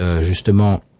justement